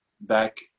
back